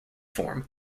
form